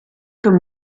comme